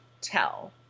tell